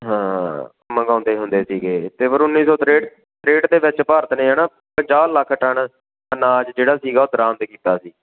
ਹਾਂ ਮੰਗਾਉਂਦੇ ਹੁੰਦੇ ਸੀਗੇ ਅਤੇ ਫਿਰ ਉੱਨੀ ਸੌ ਤ੍ਰੇਂਹਠ ਤ੍ਰੇਂਹਠ ਦੇ ਵਿੱਚ ਭਾਰਤ ਨੇ ਹੈ ਨਾ ਪੰਜਾਹ ਲੱਖ ਟਨ ਅਨਾਜ ਜਿਹੜਾ ਸੀਗਾ ਉਹ ਦਰਾਮਦ ਕੀਤਾ ਸੀ